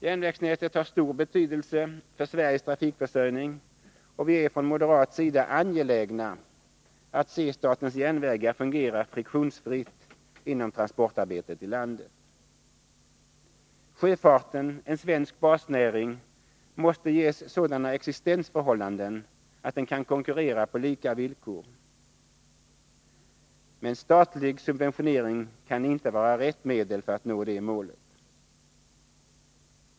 Järnvägsnätet har stor betydelse för Sveriges trafikförsörjning, och vi är från moderat sida angelägna att se statens järnvägar fungera friktionsfritt inom transportarbetet i landet. Sjöfarten, en svensk basnäring, måste ges sådana existensförhållanden att den kan konkurrera på lika villkor. Men statlig subventionering kan inte vara rätt medel för att nå det målet.